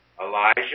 Elijah